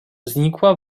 znikła